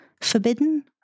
forbidden